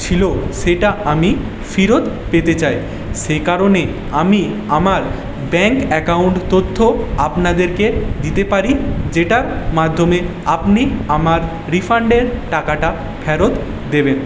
ছিল সেটা আমি ফেরত পেতে চাই সেই কারণে আমি আমার ব্যাঙ্ক অ্যাকাউন্ট তথ্য আপনাদেরকে দিতে পারি যেটার মাধ্যমে আপনি আমার রিফাণ্ডের টাকাটা ফেরত দেবেন